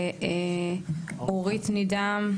לאורנה נידם,